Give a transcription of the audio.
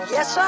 Yes